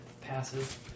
passive